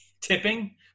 Tipping